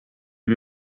aux